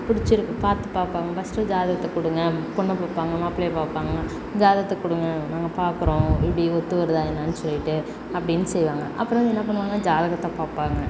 பிடிச்சிருக்கு பார்த்து பார்ப்பாங்க ஃபர்ஸ்ட்டு ஜாதகத்தை கொடுங்க பொண்ணை பார்ப்பாங்க மாப்பிள்ளையை பார்ப்பாங்க ஜாதகத்தை கொடுங்க நாங்கள் பார்க்கறோம் எப்படி ஒத்து வருதா என்னென்னு சொல்லிவிட்டு அப்படின்னு செய்வாங்க அப்புறம் என்ன பண்ணுவாங்க ஜாதகத்தை பார்ப்பாங்க